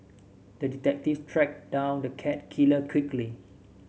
the detective tracked down the cat killer quickly